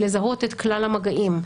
לזהות את כלל המגעים,